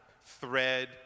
Thread